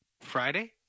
Friday